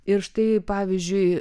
ir štai pavyzdžiui